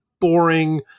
boring